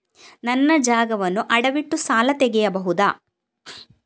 ನನ್ನ ಜಾಗವನ್ನು ಅಡವಿಟ್ಟು ಸಾಲ ತೆಗೆಯಬಹುದ?